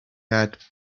had